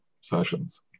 sessions